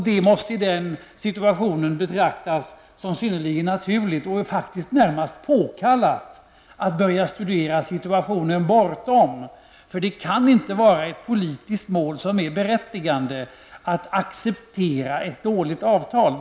Det måste i den situationen betraktas som synnerligen naturligt, och faktiskt i det närmaste påkallat, att börja studera situationen bortom den nuvarande. Det kan ju inte vara ett politiskt berättigat mål att acceptera ett dåligt avtal.